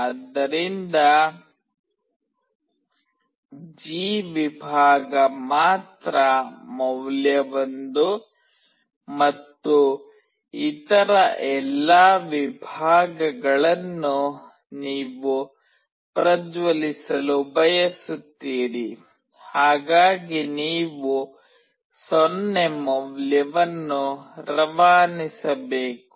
ಆದ್ದರಿಂದ ಜಿ ವಿಭಾಗ ಮಾತ್ರ ಮೌಲ್ಯ 1 ಮತ್ತು ಇತರ ಎಲ್ಲಾ ವಿಭಾಗಗಳನ್ನು ನೀವು ಪ್ರಜ್ವಲಿಸಲು ಬಯಸುತ್ತೀರಿ ಹಾಗಾಗಿ ನೀವು 0 ಮೌಲ್ಯವನ್ನು ರವಾನಿಸಬೇಕು